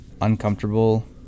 uncomfortable